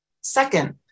Second